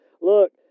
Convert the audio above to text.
Look